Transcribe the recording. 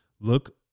look